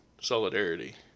solidarity